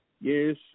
Yes